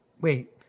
wait